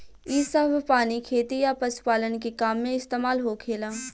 इ सभ पानी खेती आ पशुपालन के काम में इस्तमाल होखेला